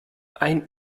ein